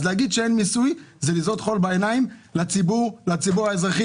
אז להגיד שאין מיסוי זה לזרות חול בעיניים לציבור האזרחים,